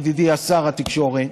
ידידי שר התקשורת.